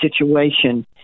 situation